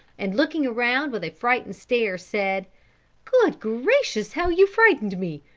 and looking around with a frightened stare, said good gracious, how you frightened me!